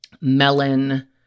melon